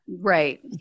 Right